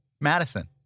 Madison